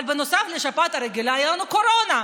אבל נוסף לשפעת הרגילה תהיה לנו קורונה,